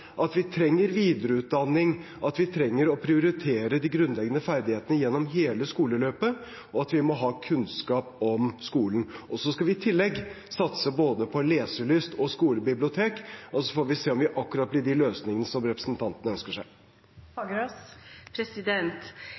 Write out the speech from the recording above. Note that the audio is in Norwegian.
at vi trenger videreutdanning, at vi trenger å prioritere de grunnleggende ferdighetene gjennom hele skoleløpet, og at vi må ha kunnskap om skolen. Vi skal i tillegg satse på både leselyst og skolebibliotek, og så får vi se om det blir akkurat de løsningene som representanten Fagerås ønsker